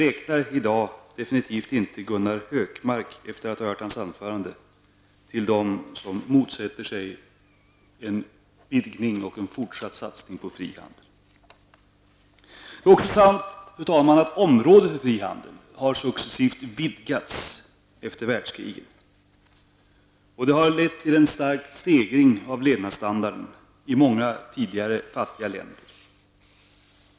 Efter att ha hört Gunnar Hökmarks anförande i dag räknar jag avgjort honom inte till dem som motsätter sig en vidgning av och en fortsatt satsning på fri handel. Även området för frihandeln har successivt vidgats efter världskriget. Detta har lett till en kraftig stegring av levnadsstandarden i många tidigare fattiga länder.